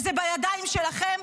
וזה בידיים שלכם,